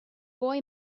boy